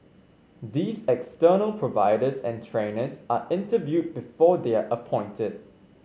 these external providers and trainers are interviewed before they are appointed